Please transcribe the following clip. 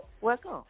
Welcome